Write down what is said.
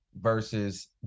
versus